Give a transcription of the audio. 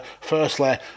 Firstly